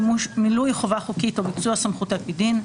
מילוי חובה חוקית או ביצוע סמכות על פי דין,